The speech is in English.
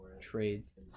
trades